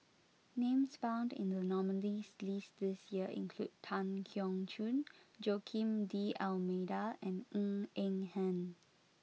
names found in the nominees' list this year include Tan Keong Choon Joaquim D'almeida and Ng Eng Hen